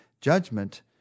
Judgment